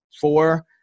four